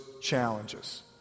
challenges